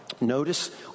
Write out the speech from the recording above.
Notice